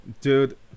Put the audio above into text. Dude